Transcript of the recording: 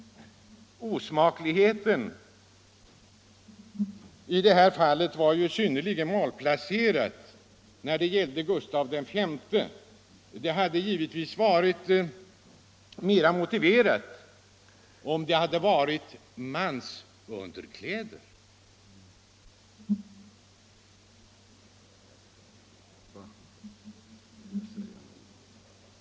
Osmakligheten i det här fallet var ju synnerligen malplacerad. Det hade givetvis varit mera motiverat med mansunderkläder.